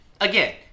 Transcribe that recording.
again